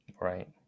Right